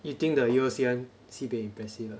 you think the U_O_C [one] sibei impressive ah